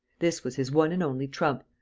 this was his one and only trump,